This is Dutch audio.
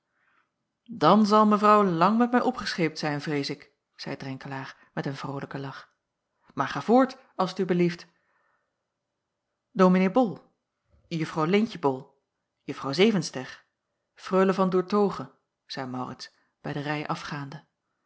dan zal mevrouw lang met mij opgescheept zijn vrees ik zeî drenkelaer met een vrolijken lach maar ga voort als t u belieft dominee bol juffrouw leentje bol juffrouw zevenster freule van doertoghe zeî maurits bij de rij afgaande